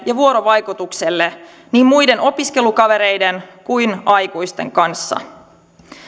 ja vuorovaikutukselle niin muiden opiskelukavereiden kuin aikuisten kanssa